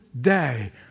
day